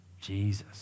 Jesus